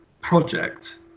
project